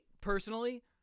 personally